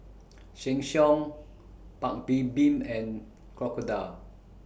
Sheng Siong Paik's Bibim and Crocodile